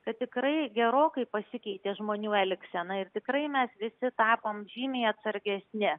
kad tikrai gerokai pasikeitė žmonių elgseną ir tikrai mes visi tapom žymiai atsargesni